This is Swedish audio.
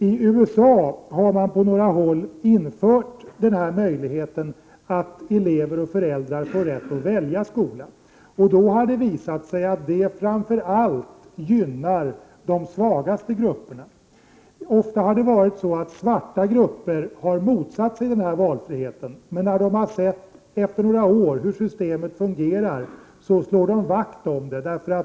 IT USA har man på några håll infört möjligheten att elever och föräldrar får rätt att välja skola. Det visar sig att detta framför allt gynnar de svagaste grupperna. Ofta har svarta grupper motsatt sig valfriheten. Men när de efter några år sett hur systemet fungerar slår de vakt om det.